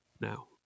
now